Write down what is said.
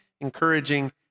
encouraging